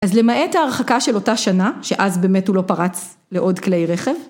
‫אז למעט ההרחקה של אותה שנה, ‫שאז באמת הוא לא פרץ לעוד כלי רכב...